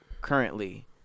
currently